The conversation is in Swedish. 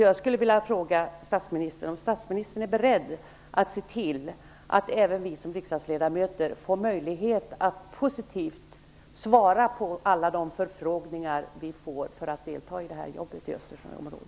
Jag vill därför fråga om statsministern är beredd att se till att även vi riksdagsledamöter får möjlighet att svara positivt på alla de förfrågningar vi får om att delta i arbetet i Östersjöområdet.